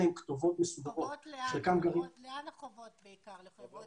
כי ברגע שלמשל הוטל עיקול על חשבון